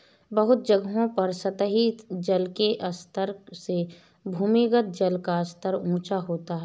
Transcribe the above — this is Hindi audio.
बहुत जगहों पर सतही जल के स्तर से भूमिगत जल का स्तर ऊँचा होता है